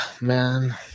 man